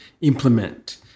implement